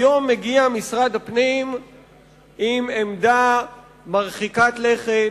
היום מגיע משרד הפנים עם עמדה מרחיקת לכת,